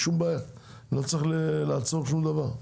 לא צריך לעצור שום דבר.